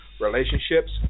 relationships